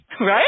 Right